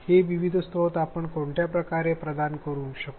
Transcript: हे विविध स्त्रोत आपण कोणत्या मार्गांनी प्रदान करू शकतो